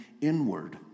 inward